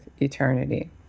eternity